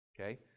Okay